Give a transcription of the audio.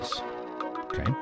Okay